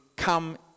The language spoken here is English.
Come